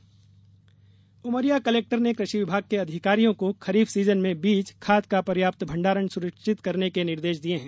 खाद बीज निर्देश उमरिया कलेक्टर ने कृषि विभाग के अधिकारियों को खरीफ सीजन मे बीज खाद का पर्याप्त भंडारण सुनिश्चित करने के निर्देश दिए हैं